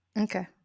Okay